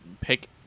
Pick